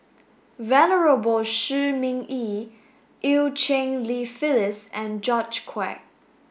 Venerable Shi Ming Yi Eu Cheng Li Phyllis and George Quek